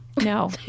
no